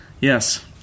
Yes